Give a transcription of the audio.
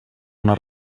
una